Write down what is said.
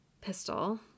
Pistol